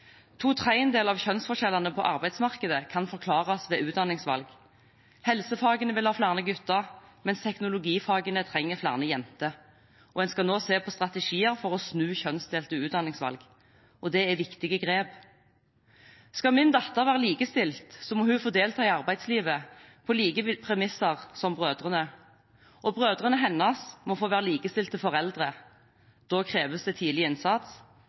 To tredjedeler av kjønnsforskjellene på arbeidsmarkedet kan forklares ved utdanningsvalg. Helsefagene vil ha flere gutter, mens teknologifagene trenger flere jenter, og en skal nå se på strategier for å snu kjønnsdelte utdanningsvalg. Det er viktige grep. Skal min datter være likestilt, må hun få delta i arbeidslivet på like premisser som brødrene, og brødrene hennes må få være likestilte foreldre. Da kreves det tidlig innsats,